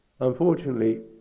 Unfortunately